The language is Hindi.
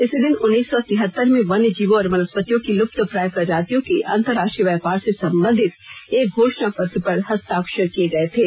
इसी दिन उन्नीस सौ तिहत्तर में वन्य जीवों और वनस्पतियों की लुप्तप्राय प्रजातियों के अंतर्राष्ट्रीय व्यापार से संबंधित एक घोषणा पत्र पर हस्ताक्षर किए गए थे